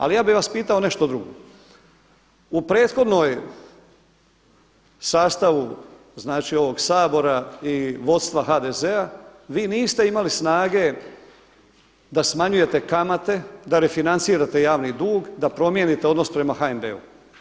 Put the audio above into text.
Ali ja bi vas pitao nešto drugo u prethodnom sastavu znači ovog Sabora i vodstva HDZ-a vi niste imali snage da smanjujete kamate, da refinancirate javni dug, da promijenite odnos prema HNB-u.